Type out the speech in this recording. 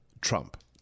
Trump